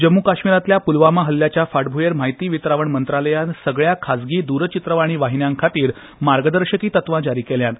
जम्म् काश्मीरातल्या प्लवामा हल्ल्याच्या फाटभ्येर म्हायती वितरावण मंत्रालयान सगल्या खाजगी द्रचित्रवाणी वाहिन्यांखातीर मार्गदर्शकी तत्वां जारी केल्यात